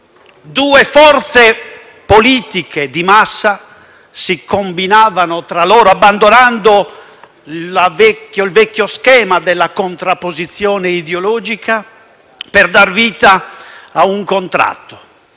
due forze politiche di massa si combinavano tra loro abbandonando il vecchio schema della contrapposizione ideologica, per dar vita a un contratto